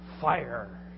fire